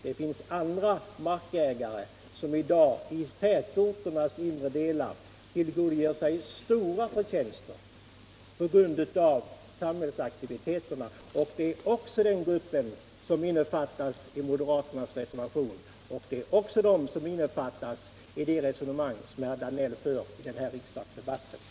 Det finns andra markägare i tätorternas inre delar som i dag tillgodogör sig stora vinster på grund av samhällsaktiviteterna. Den gruppen innefattas också i moderaternas reservation, och de innefattas också i det resonemang som herr Danell för i den här riksdagsdebatten.